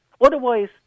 Otherwise